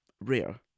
rare